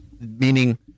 Meaning